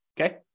okay